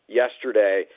yesterday